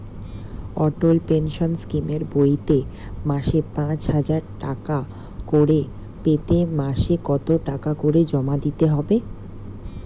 অটল pension স্কিমের বইতে মাসে পাঁচ হাজার টাকা করে পেতে মাসে কত টাকা করে জমা দিতে হবে?